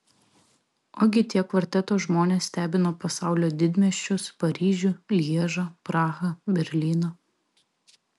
ogi tie kvarteto žmonės stebino pasaulio didmiesčius paryžių lježą prahą berlyną